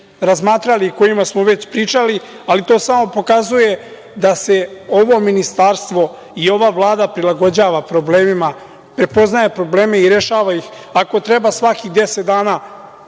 razmatrali i kojima smo već pričali, ali to samo pokazuje da se ovo ministarstvo i ova Vlada prilagođava problemima, prepoznaje probleme i rešava ih, ako treba svakih deset dana,